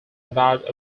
about